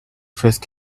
frisk